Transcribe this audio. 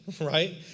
right